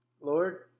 Lord